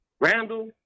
Randall